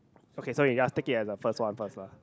okay so we just take it as the first one first lah